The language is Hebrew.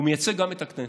הוא מייצג גם את הכנסת,